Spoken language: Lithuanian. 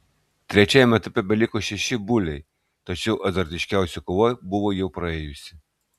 trečiajame etape beliko šeši buliai tačiau azartiškiausia kova buvo jau praėjusi